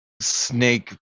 snake